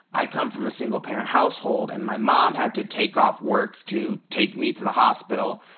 i come from a single-parent household and my mom had to take off work to take me to the hospital,